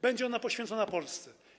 Będzie ona poświęcona Polsce.